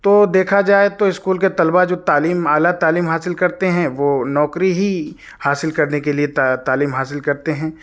تو دیکھا جائے تو اسکول کے طلباء جو تعلیم اعلیٰ تعلیم حاصل کرتے ہیں وہ نوکری ہی حاصل کرنے کے لیے تعلیم حاصل کرتے ہیں